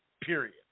period